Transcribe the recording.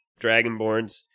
dragonborns